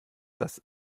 das